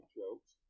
jokes